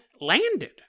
landed